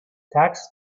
tax